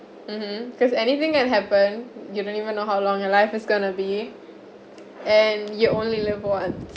mmhmm cause anything can happen you don't even know how long your life is going to be and you only live once